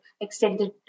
extended